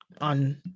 on